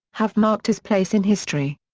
have marked his place in history.